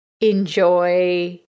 enjoy